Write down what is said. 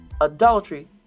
Adultery